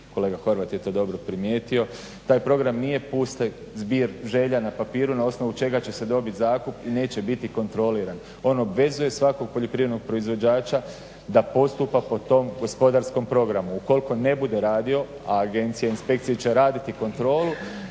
kolega Horvat je to dobro primijetio. Taj program nije pusti zbir želja na papiru na osnovu čega će se dobiti zakup i neće biti kontroliran. Ono obvezuje svakog poljoprivrednog proizvođača da postupa po tom gospodarskom programu. Ukoliko ne bude radio, a agencije i inspekcije će raditi kontrolu